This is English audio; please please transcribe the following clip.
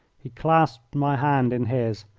he clasped my hand in his.